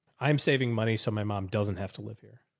i'm saving money. so my mom doesn't have to live here.